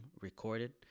recorded